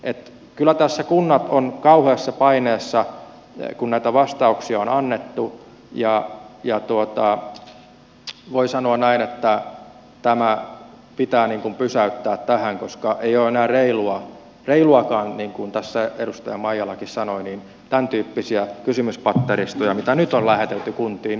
että kyllä tässä kunnat ovat kauheassa paineessa kun näitä vastauksia on annettu ja voi sanoa näin että tämä pitää pysäyttää tähän koska ei ole enää reiluakaan niin kuin tässä edustaja maijalakin sanoi esittää tämäntyyppisiä kysymyspatteristoja mitä nyt on lähetelty kuntiin